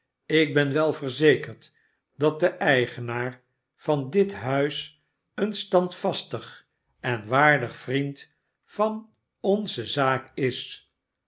ik ben wel verzekerd dat de eigenaar van dit huis een standvastig en waardig vriend van onze zaak is